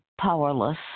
powerless